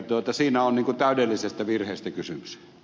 elikkä siinä on täydellisestä virheestä kysymys